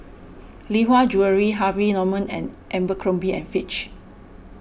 Lee Hwa Jewellery Harvey Norman and Abercrombie and Fitch